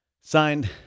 Signed